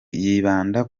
yibanda